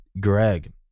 Greg